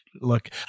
look